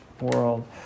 world